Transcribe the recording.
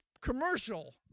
commercial